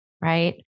Right